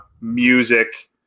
music